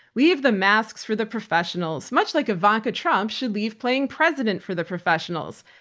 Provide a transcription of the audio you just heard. leave the masks for the professionals, much like ivanka trump should leave playing president for the professionals.